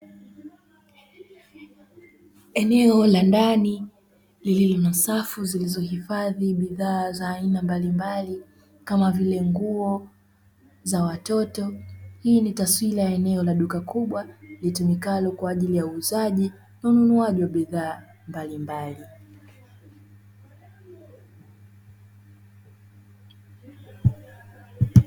Eneo la ndani lililo na safu zilizohifadhi bidhaa za aina mbalimbali, kama vile nguo za watoto. Hii ni taswira ya eneo la duka kubwa, litumikalo kwa ajili ya uuzaji na ununuaji wa bidhaa mbalimbali.